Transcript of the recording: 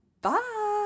bye